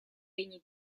regni